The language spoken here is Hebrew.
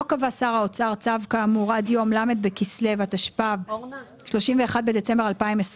לא קבע שר האוצר צו כאמור עד יום ל' בכסלו התשפ"ה (31 בדצמבר 2024)